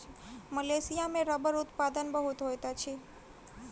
Malaysia में रबड़ उत्पादन बहुत होइत अछि